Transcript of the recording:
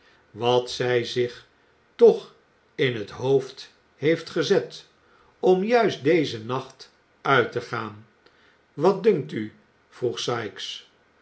wat zij zich toch in het hoofd heeft gezet om juist dezen nacht uit te gaan wat dunkt u vroeg sikes